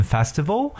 Festival